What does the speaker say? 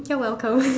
you're welcome